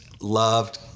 loved